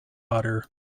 butter